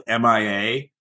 MIA